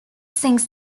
sings